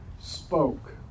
spoke